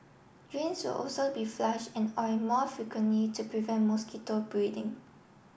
drains also be flush and oil more frequently to prevent mosquito breeding